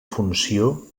funció